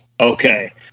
Okay